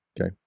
okay